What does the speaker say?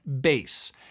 base